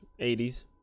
80s